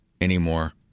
anymore